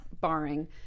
barring